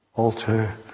Altar